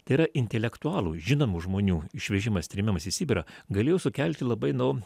tai yra intelektualų žinomų žmonių išvežimas trėmimas į sibirą galėjo sukelti labai nu